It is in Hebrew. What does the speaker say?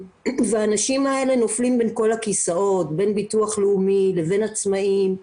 והאנשים האלה נופלים בין כל הכיסאות בין ביטוח לאומי לבין עצמאיים.